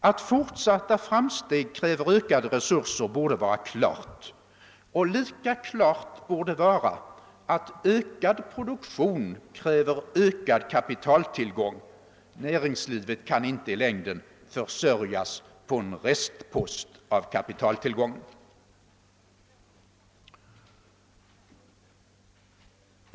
Att fortsatta framsteg kräver ökade resurser borde vara klart, och lika klart borde vara att ökad produktion kräver ökad kapitaltillgång; näringslivet kan inte i längden försörjas på en restpost av kapitaltillgången.